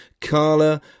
Carla